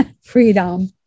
freedom